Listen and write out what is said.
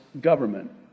government